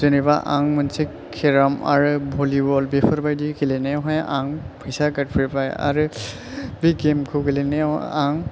जेनोबा आं माेनसे केराम आरो भलिबल बेफोरबादि गेलेनायाव हाय आं फैसा गारफेरबाय आरो बे गेमखौ गेलेनायाव आं